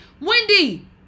Wendy